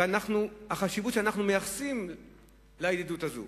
ואת החשיבות שאנחנו מייחסים לידידות הזאת.